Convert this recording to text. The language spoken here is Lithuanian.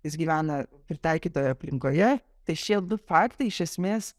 jis gyvena pritaikytoje aplinkoje tai šie du faktai iš esmės